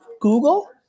Google